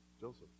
Joseph